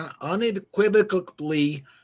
unequivocally